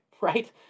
right